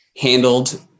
handled